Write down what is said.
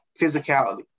physicality